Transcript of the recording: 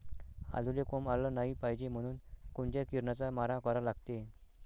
आलूले कोंब आलं नाई पायजे म्हनून कोनच्या किरनाचा मारा करा लागते?